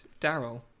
Daryl